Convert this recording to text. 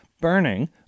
burning